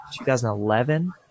2011